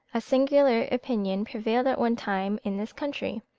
a singular opinion prevailed at one time in this country,